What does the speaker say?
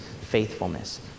faithfulness